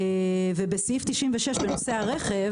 בסעיף 96 בנושא הרכב,